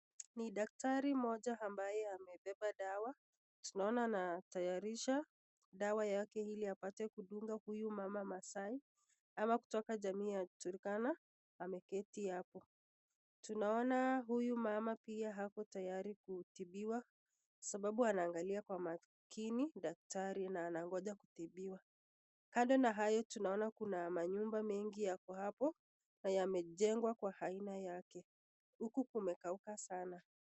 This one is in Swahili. Ni daktari mmoja ambaye amebeba dawa. Tunaona anatayarisha dawa yake ili apate kudungahuyu mama Maasai ama kutoka jamii ya Turkana ameketi apo. Tunaona huyu mama pia ako tayari kutiwa sababu anaangalia kwa makini daktari na anangoja kutibiwa. Kando na hayo tunaona kuna manyumba mengi sanaa yamejengwa hapo na aina yake. Huku kumekauka sana.